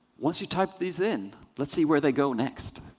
once you type these in, let's see where they go next.